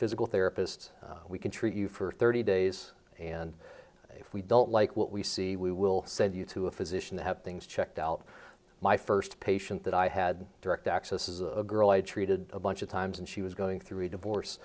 physical therapist we can treat you for thirty days and if we don't like what we see we will send you to a physician to have things checked out my first patient that i had direct access is a girl i had treated a bunch of times and she was going through a divorce